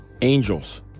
angels